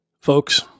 folks